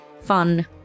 fun